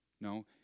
No